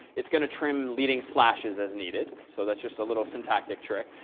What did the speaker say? it's going to trim leading slashes as needed. so that's just a little syntactic trick.